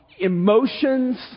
emotions